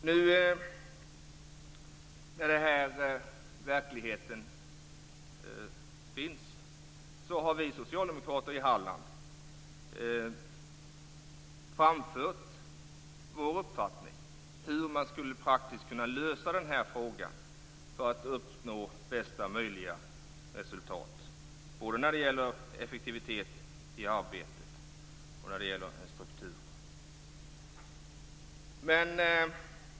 Nu när den här verkligheten finns har vi socialdemokrater i Halland framfört vår uppfattning om hur man praktiskt skulle kunna lösa den här frågan för att uppnå bästa möjliga resultat både när det gäller effektivitet i arbetet och när det gäller struktur.